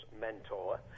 mentor